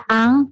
ang